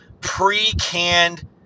pre-canned